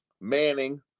Manning